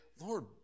Lord